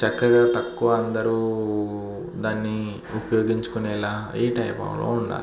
చక్కగా తక్కువ అందరు దాన్ని ఉపయోగించుకునేలాగ ఈ టైపులో ఉండాలి